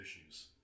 issues